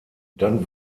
dann